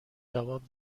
جواب